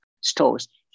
stores